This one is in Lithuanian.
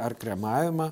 ar kremavimą